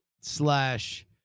slash